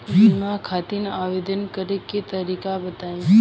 बीमा खातिर आवेदन करे के तरीका बताई?